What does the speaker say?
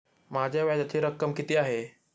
माझ्या व्याजाची रक्कम किती आहे?